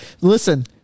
Listen